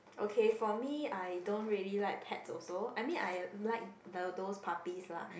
okay for me I don't really like pets also I mean I like the those puppies lah